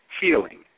healing